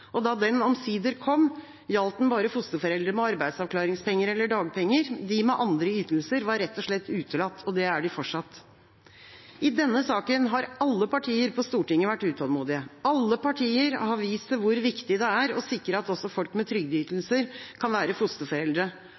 og da den omsider kom, gjaldt den bare fosterforeldre med arbeidsavklaringspenger eller dagpenger. De med andre ytelser var rett og slett utelatt – og det er de fortsatt. I denne saken har alle partier på Stortinget vært utålmodige. Alle partier har vist til hvor viktig det er å sikre at også folk med trygdeytelser kan være fosterforeldre.